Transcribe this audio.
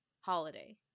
holiday